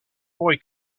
boy